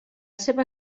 seva